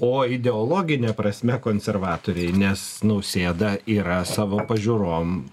o ideologine prasme konservatoriai nes nausėda yra savo pažiūrom